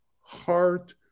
heart